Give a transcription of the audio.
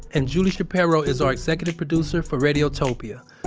and julie shapiro is our executive producer for radiotopia.